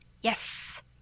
yes